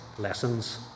lessons